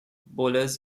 bowlers